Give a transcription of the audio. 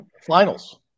Finals